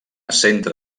centre